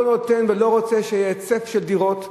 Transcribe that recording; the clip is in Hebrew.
נותן ולא רוצה שיהיה היצף של דירות.